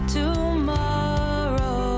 tomorrow